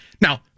Now